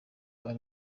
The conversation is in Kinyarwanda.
ari